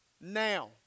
Now